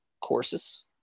courses